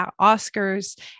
Oscars